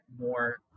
more